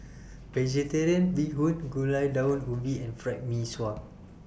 Vegetarian Bee Hoon Gulai Daun Ubi and Fried Mee Sua